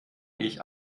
ich